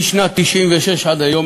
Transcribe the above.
משנת 1996 עד היום,